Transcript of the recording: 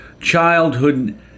childhood